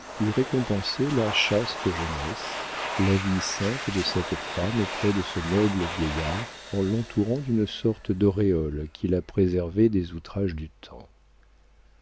récompensé la chaste jeunesse la vie sainte de cette femme auprès de ce noble vieillard en l'entourant d'une sorte d'auréole qui la préservait des outrages du temps